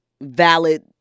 valid